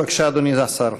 בבקשה, אדוני השר.